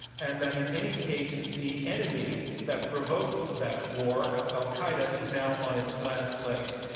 and that in any case, the enemy that provoked that war al-qaeda is now on its last legs.